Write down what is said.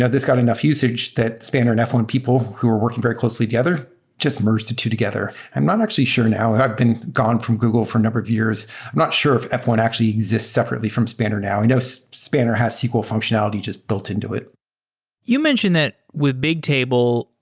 yeah this got enough usage that spanner and f one people who were working very closely together just merged the two together. i'm not actually sure now. i've been gone from google for a number of years. i'm not sure if f one actually exists separately from spanner now. i know so spanner has sql functionality just built into it you mentioned that would bigtable,